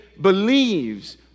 believes